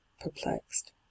perplexed